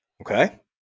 Okay